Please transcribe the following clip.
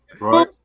right